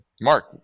Mark